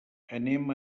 anem